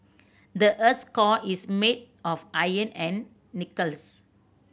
the earth core is made of iron and nickels